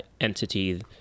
entity